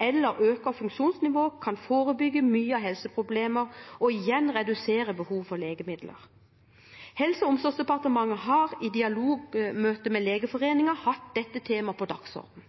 eller øker funksjonsnivået, kan forebygge mange helseproblemer og redusere behovet for legemidler. Helse- og omsorgsdepartementet har i dialogmøte med Legeforeningen hatt dette temaet på dagsordenen.